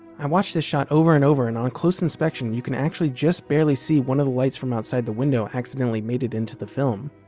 i watched this shot over and over and on close inspection, you can actually just barely see one of the lights from outside the window accidentally made it into the film.